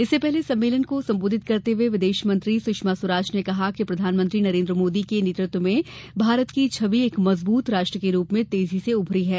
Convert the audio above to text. इससे पहले सम्मेलन को सम्बोधित करते हुए विदेश मंत्री सुषमा स्वराज ने कहा कि प्रधानमंत्री नरेन्द्र मोदी के नेतृत्व में भारत की छवि एक मजबूत राष्ट्र के रूप में तेजी से उभरी है